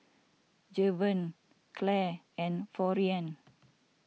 Javen Clair and Florian